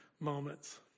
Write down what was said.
moments